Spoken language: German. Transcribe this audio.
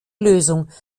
lösung